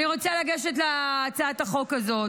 אני רוצה לגשת להצעת החוק הזאת.